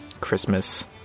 christmas